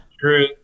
true